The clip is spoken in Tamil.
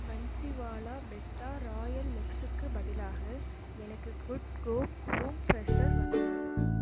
பன்ஸிவாலா பெத்தா ராயல் மிக்ஸுக்கு பதிலாக எனக்கு குட் ஹோம் ரூம் ஃப்ரெஷ்னர் வந்துள்ளது